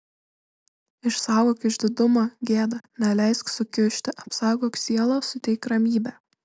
išsaugok išdidumą gėdą neleisk sukiužti apsaugok sielą suteik ramybę